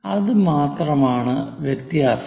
അത് മാത്രമാണ് വ്യത്യാസം